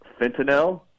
fentanyl